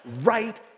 right